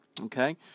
Okay